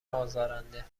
آزارنده